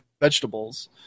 vegetables